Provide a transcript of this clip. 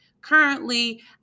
currently